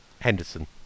Henderson